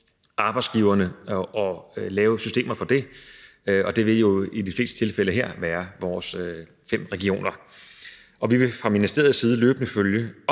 arbejdsgiverne at lave systemer for det, og det vil jo i de fleste tilfælde her være vores fem regioner. Vi vil fra ministeriets side løbende følge